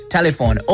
Telephone